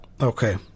Okay